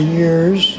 years